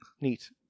Neat